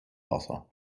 wasser